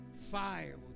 Fire